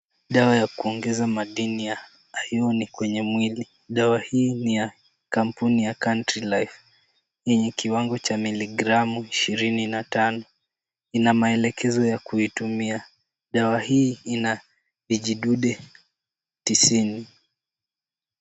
Dawa ya kuongeza madini ya ion kwenye mwili. Dawa hii ni ya kampuni ya Country Life yenye kiwango cha miligramu ishirini na tano. Ina maelekezo ya kuitumia. Dawa hii ina vijidude tisini.